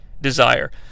desire